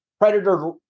predator